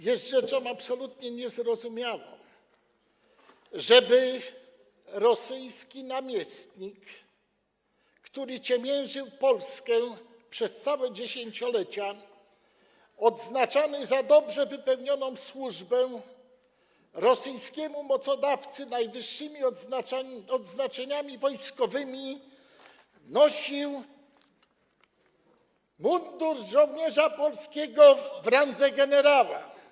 Jest rzeczą absolutnie niezrozumiałą, żeby rosyjski namiestnik, który ciemiężył Polskę przez całe dziesięciolecia, odznaczany za dobrze wypełnioną służbę rosyjskiemu mocodawcy najwyższymi odznaczeniami wojskowymi, nosił mundur żołnierza polskiego w randze generała.